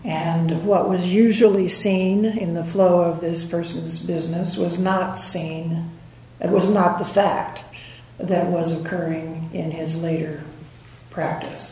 and what we've usually seen in the flow of this person's business was not seen it was not the fact that was occurring in his later practice